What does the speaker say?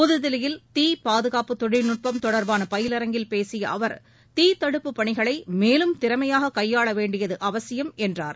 புதுதில்லியில் தீ பாதுகாப்பு தொழில்நட்பம் தொடர்பான பயிலரங்கில் பேசிய அவர் தீ தடுப்பு பணிகளை மேலும் திறமையாக கையாள வேண்டியது அவசியம் என்றார்